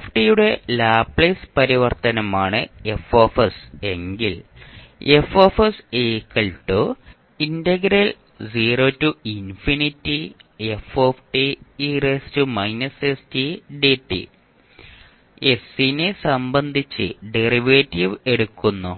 f യുടെ Laplace പരിവർത്തനമാണ് F എങ്കിൽ S നെ സംബന്ധിച്ച് ഡെറിവേറ്റീവ് എടുക്കുന്നു